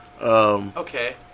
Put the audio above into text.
Okay